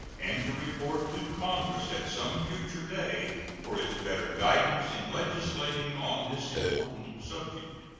and to report to congress at some future day for its better guidance in legislating on this important subject.